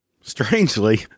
Strangely